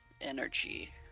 energy